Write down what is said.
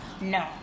No